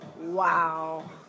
Wow